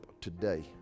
today